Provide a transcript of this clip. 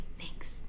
thanks